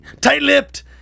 tight-lipped